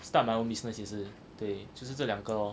start my own business 也是对就是这两个 lor